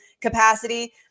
capacity